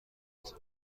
داد